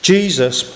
Jesus